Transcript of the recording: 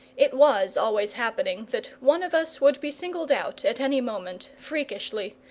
it was always happening that one of us would be singled out at any moment, freakishly,